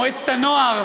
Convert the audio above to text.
מועצת הנוער,